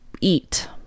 eat